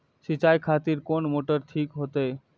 सीचाई खातिर कोन मोटर ठीक होते?